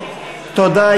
תודה.